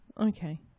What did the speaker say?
Okay